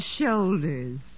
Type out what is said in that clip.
shoulders